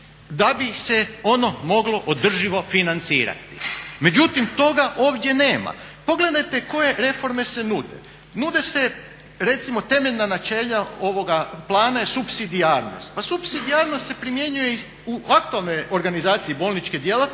da bi se ono moglo održivo financirati. Međutim toga ovdje nema. Pogledajte koje reforme se nude. Nude se recimo temeljna načela ovoga plana je supsidijarnost. Pa supsidijarnost se primjenjuje u aktualnoj organizaciji bolničke djelatnosti